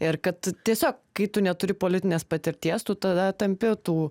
ir kad tiesiog kai tu neturi politinės patirties tu tada tampi tų